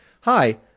Hi